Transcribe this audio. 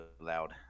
loud